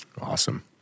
Awesome